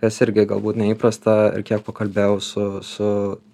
kas irgi galbūt neįprasta ir kiek pakalbėjau su su